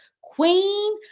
Queen